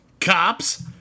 cops